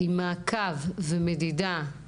עם מעקב ומדידה.